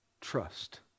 trust